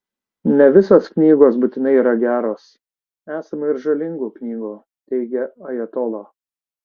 ne visos knygos būtinai yra geros esama ir žalingų knygų teigė ajatola